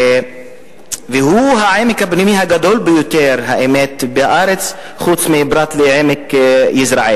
והוא העמק הפנימי הגדול ביותר בארץ חוץ מעמק יזרעאל.